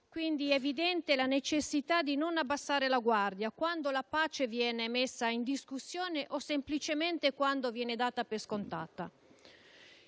Quindi, è evidente la necessità di non abbassare la guardia quando la pace viene messa in discussione o semplicemente quando viene data per scontata.